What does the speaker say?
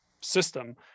system